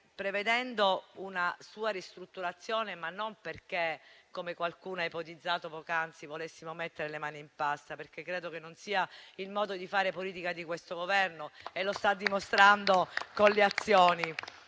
prevedendo una sua ristrutturazione, ma non perché - come qualcuno ha ipotizzato poc'anzi - volessimo mettere "le mani in pasta" - credo che non sia il modo di fare politica di questo Governo e lo sta dimostrando con le azioni